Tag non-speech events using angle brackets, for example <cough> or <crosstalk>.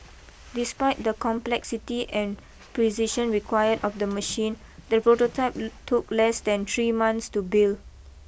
despite the complexity and precision required of the machine the prototype <unintelligible> took less than three months to build